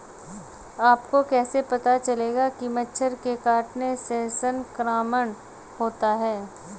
आपको कैसे पता चलेगा कि मच्छर के काटने से संक्रमण होता है?